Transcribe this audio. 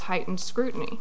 heightened scrutiny